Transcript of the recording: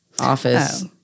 office